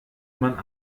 man